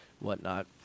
whatnot